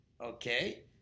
Okay